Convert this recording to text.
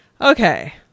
Okay